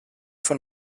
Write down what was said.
von